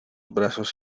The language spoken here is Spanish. brazos